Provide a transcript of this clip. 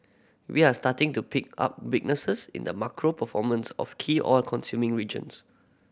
we are starting to pick up weaknesses in the macro performance of key oil consuming regions